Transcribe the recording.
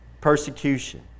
persecution